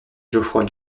geoffroy